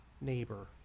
neighbor